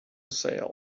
sale